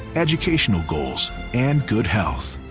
educational goals and good health.